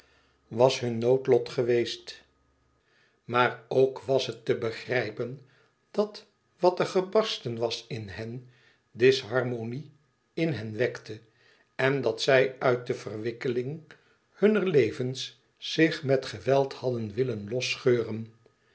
was hun noodlot geweest maar ook was het te begrijpen dat wat er gebarsten was in hen disharmonie in hen wekte en dat zij uit de verwikkeling hunner levens zich met geweld hadden willen